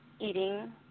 eating